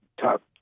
top